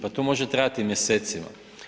Pa to može trajati mjesecima.